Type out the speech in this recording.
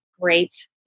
great